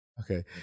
Okay